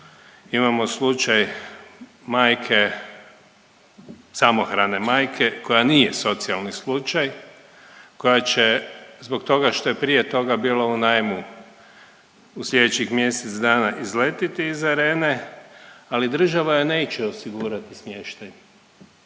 imamo slučaj majke, samohrane majke koja nije socijalni slučaj, koja će, zbog toga što je prije toga bilo u najmu u sljedećih mjesec dana izletiti iz Arene, ali država joj neće osigurati smještaj.